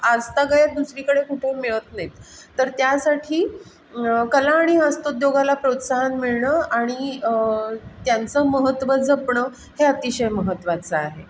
आजतागायत दुसरीकडे कुठे मिळत नाहीत तर त्यासाठी कला आणि हस्तोद्योगाला प्रोत्साहन मिळणं आणि त्यांचं महत्त्व जपणं हे अतिशय महत्त्वाचं आहे